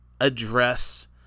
address